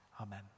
Amen